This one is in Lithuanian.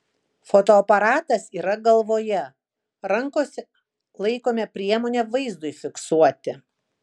fotoaparatas yra galvoje rankose laikome priemonę vaizdui fiksuoti